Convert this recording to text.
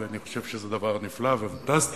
ואני חושב שזה דבר נפלא ופנטסטי.